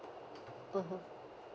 mmhmm